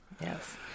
Yes